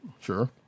Sure